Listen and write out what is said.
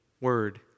Word